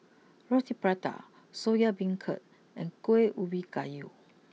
Roti Prata Soya Beancurd and Kuih Ubi Kayu